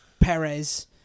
Perez